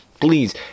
please